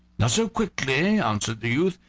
not so quickly, answered the youth.